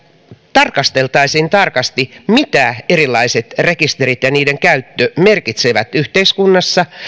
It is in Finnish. tarkasteltaisiin tarkasti mitä erilaiset rekisterit ja niiden käyttö merkitsevät yhteiskunnassa